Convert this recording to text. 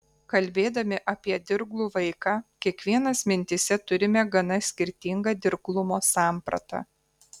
kalbėdami apie dirglų vaiką kiekvienas mintyse turime gana skirtingą dirglumo sampratą